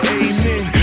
amen